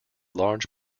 large